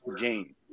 game